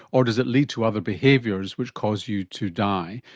or does it lead to other behaviours which cause you to die?